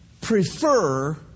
prefer